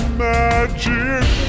magic